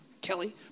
Kelly